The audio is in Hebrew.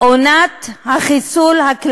האתר מי תורם, אורן, עונת החיסול הכללי,